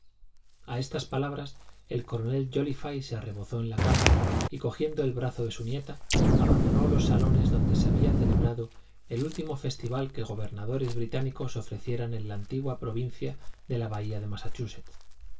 a estas palabras el coronel jóliffe se arrebozó en la capa y cogiendo el brazo de su nieta abandonó los salones donde se había celebrado el último festival que gobernadores británicos ofrecieran en la antigua provincia de la bahía de massachusetts